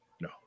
no